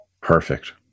Perfect